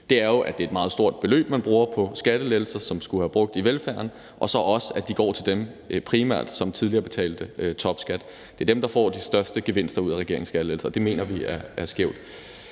er jo, at det er et meget stort beløb, man bruger på skattelettelser, som skulle være brugt til velfærden, og så også, at de primært går til dem, som tidligere betalte topskat. Det er dem, der får de største gevinster ud af regeringens skattelettelser, og det mener vi er skævt.